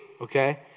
Okay